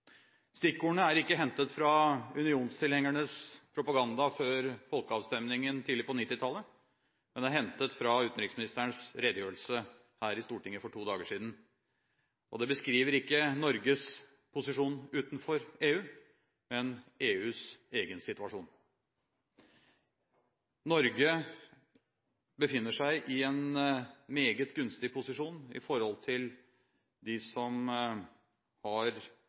Stikkordene er ikke hentet fra unionstilhengernes propaganda før folkeavstemningen tidlig på 1990-tallet, men er hentet fra utenriksministerens redegjørelse her i Stortinget for to dager siden. De beskriver ikke Norges posisjon utenfor EU, men EUs egen situasjon. Norge befinner seg i en meget gunstig posisjon i forhold til dem som har